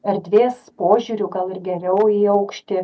erdvės požiūriu gal ir geriau į aukštį